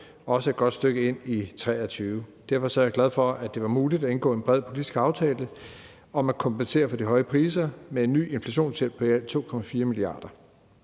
også et godt stykke ind i 2023. Derfor er jeg glad for, at det var muligt at indgå en bred politisk aftale om at kompensere for de høje priser med en ny inflationshjælp på i alt 2,4 mia. kr.